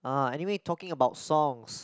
ah anyway talking about songs